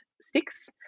sticks